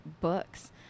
books